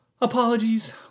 Apologies